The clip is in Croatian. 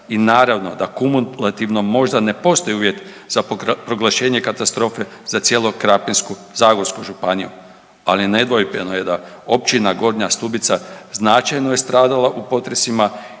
i naravno da kumulativno možda ne postoji možda uvjet za proglašenje katastrofe za cijelu Krapinsko-zagorsku županiju. Ali nedvojbeno je da općina Gornja Stubica značajno je stradala u potresima